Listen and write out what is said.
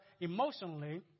emotionally